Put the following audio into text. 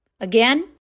Again